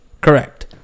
Correct